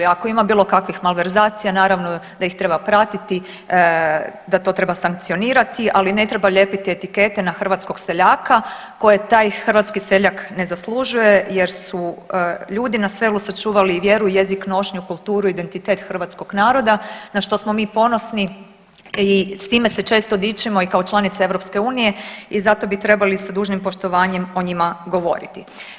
Ako ima bilo kakvih malverzacija naravno da ih treba pratiti, da to treba sankcionirati, ali ne treba lijepiti etikete na hrvatskog seljaka koje taj hrvatski seljak ne zaslužuje jer su ljudi na selu sačuvali i vjeru, jezik, nošnju, kulturu, identitet hrvatskog naroda na što smo mi ponosni i s time se često dičimo i kao članica EU i zato bi trebali sa dužnim poštovanjem o njima govoriti.